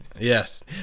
Yes